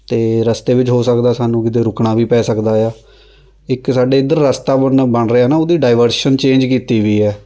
ਅਤੇ ਰਸਤੇ ਵਿੱਚ ਹੋ ਸਕਦਾ ਸਾਨੂੰ ਕਿਤੇ ਰੁੱਕਣਾ ਵੀ ਪੈ ਸਕਦਾ ਆ ਇੱਕ ਸਾਡੇ ਇੱਧਰ ਰਸਤਾ ਬਣਨਾ ਬਣ ਰਿਹਾ ਨਾ ਉਹਦੀ ਡਾਈਵਰਸ਼ਨ ਚੇਂਜ ਕੀਤੀ ਵੀ ਹੈ